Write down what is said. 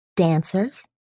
Dancers